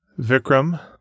Vikram